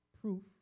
proof